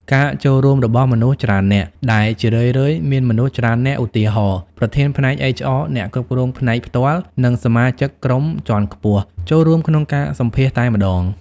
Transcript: ការចូលរួមរបស់មនុស្សច្រើននាក់ ដែលជារឿយៗ មានមនុស្សច្រើននាក់ (ឧទាហរណ៍៖ ប្រធានផ្នែក HR អ្នកគ្រប់គ្រងផ្នែកផ្ទាល់ និងសមាជិកក្រុមជាន់ខ្ពស់) ចូលរួមក្នុងការសម្ភាសន៍តែម្ដង។